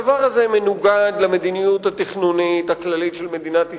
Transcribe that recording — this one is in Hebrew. הדבר הזה מנוגד למדיניות התכנונית הכללית של מדינת ישראל,